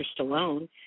Stallone